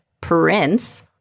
Prince